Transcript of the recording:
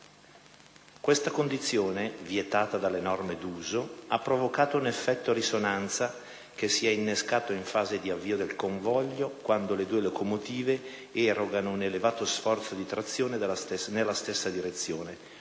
Questa condizione, vietata dalle norme d'uso, ha provocato un effetto risonanza, che si è innescato in fase di avvio del convoglio, quando le due locomotive erogano un elevato sforzo di trazione nella stessa direzione,